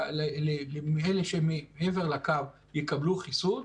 אם אלה שמעבר לקו יקבלו חיסון,